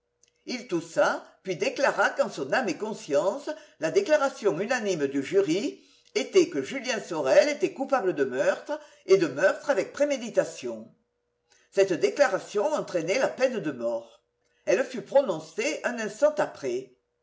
il toussa puis déclara qu'en son âme et conscience la déclaration unanime du jury était que julien sorel était coupable de meurtre et de meurtre avec préméditation cette déclaration entraînait la peine de mort elle fut prononcée un instant après